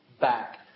back